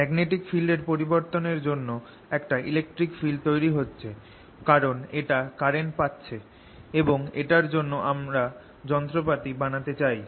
magnetic ফিল্ডের পরিবর্তনের জন্য একটা ইলেকট্রিক ফিল্ড তৈরি হচ্ছে কারণ এটা কারেন্ট পাচ্ছে এবং এটার জন্য আমরা যন্ত্রপাতি বানাতে চাই